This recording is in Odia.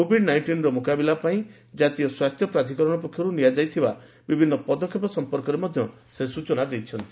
କୋଭିଡ୍ ନାଇଷ୍ଟିନ୍ର ମୁକାବିଲା ପାଇଁ କାତୀୟ ସ୍ୱାସ୍ଥ୍ୟ ପ୍ରାଧିକରଣ ପକ୍ଷରୁ ନିଆଯାଇଥିବା ବିଭିନ୍ନ ପଦକ୍ଷେପ ସଂପର୍କରେ ମଧ୍ୟ ସେ ସ୍ୱଚନା ଦେଇଛନ୍ତି